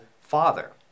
father